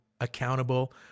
accountable